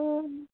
অঁ